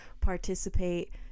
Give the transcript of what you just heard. participate